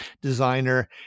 designer